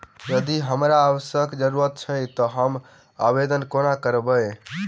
यदि हमरा आवासक जरुरत छैक तऽ हम आवेदन कोना करबै?